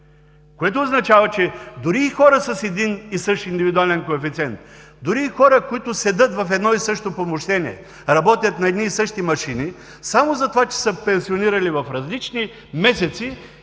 което означава, че дори и хора с един и същ индивидуален коефициент, дори и хора, които седят в едно и също помещение, работят на едни и същи машини, само затова, че са се пенсионирали в различни месеци,